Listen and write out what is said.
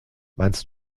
meinst